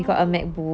oh